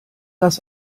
das